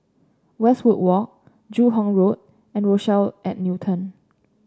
Westwood Walk Joo Hong Road and Rochelle at Newton